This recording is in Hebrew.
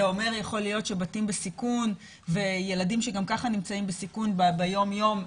זה אומר שבתים בסיכון וילדים שגם ככה נמצאים בסיכון ביום-יום,